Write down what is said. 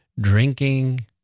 drinking